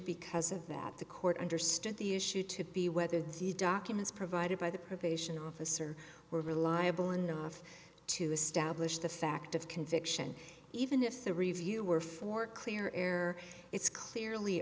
because of that the court understood the issue to be whether the documents provided by the probation officer were reliable enough to establish the fact of conviction even if the review were for clear air it's clearly